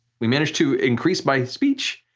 we managed to increase my speech,